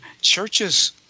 churches